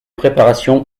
préparation